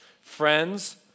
friends